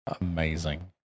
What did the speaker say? amazing